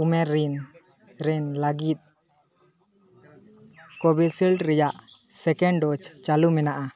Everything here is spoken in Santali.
ᱩᱢᱮᱨ ᱨᱤᱱ ᱨᱮᱱ ᱞᱟᱹᱜᱤᱫ ᱠᱚᱵᱷᱤᱥᱤᱞᱰ ᱨᱮᱭᱟᱜ ᱥᱮᱠᱮᱱᱰ ᱰᱳᱡᱽ ᱪᱟᱹᱞᱩ ᱢᱮᱱᱟᱜᱼᱟ